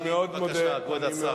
בבקשה, כבוד השר.